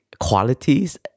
qualities